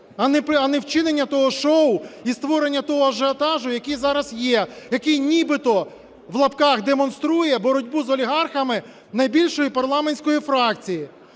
а не вчинення того шоу і створення того ажіотажу, який зараз є, який нібито (в лапках) "демонструє" боротьбу з олігархами найбільшої парламентської фракції.